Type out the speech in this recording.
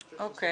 תודה.